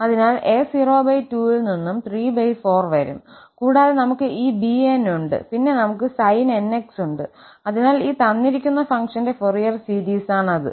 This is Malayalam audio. അതിനാൽ a02ൽ നിന്നും 34വരും കൂടാതെ നമുക് ഈ 𝑏𝑛 ഉണ്ട് പിന്നെ നമുക് sin𝑛𝑥 ഉണ്ട് അതിനാൽ ഈ തന്നിരിക്കുന്ന ഫംഗ്ഷന്റെ ഫോറിയർ സീരീസാണിത്